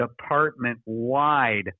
department-wide